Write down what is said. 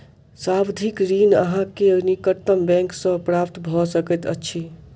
सावधि ऋण अहाँ के निकटतम बैंक सॅ प्राप्त भ सकैत अछि